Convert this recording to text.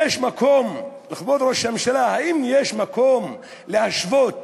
כבוד ראש הממשלה, האם יש מקום להשוות